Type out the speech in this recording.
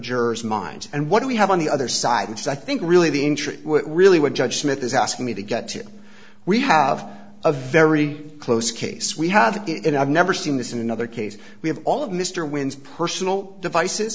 juror's mind and what do we have on the other side and so i think really the entry really would judge smith is asking me to get to we have a very close case we have it i've never seen this in another case we have all of mr wins personal devices